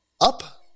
up